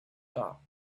top